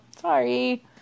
Sorry